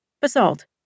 Basalt